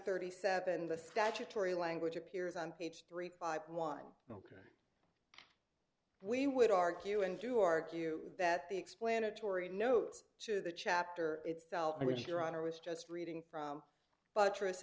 thirty seven the statutory language appears on page three five one we would argue and do argue that the explanatory notes to the chapter itself in which your honor was just reading from buttress